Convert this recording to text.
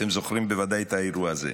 אתם זוכרים בוודאי את האירוע הזה.